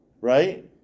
right